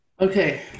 Okay